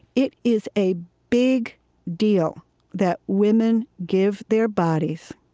it is a big deal that women give their bodies